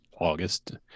August